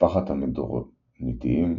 משפחת המדרוניתיים,